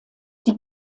die